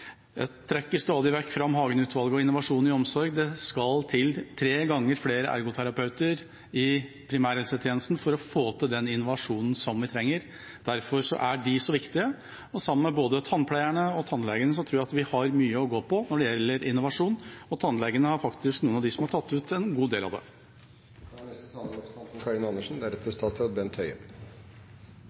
Jeg trekker stadig vekk fram Hagen-utvalget og Innovasjon i omsorg. Det skal til tre ganger flere ergoterapeuter i primærhelsetjenesten for å få til den innovasjonen vi trenger, og derfor er de så viktige. Sammen med både tannpleierne og tannlegene tror jeg vi har mye å gå på når det gjelder innovasjon, og tannlegene er faktisk noen av dem som har tatt ut en god del av det. SV er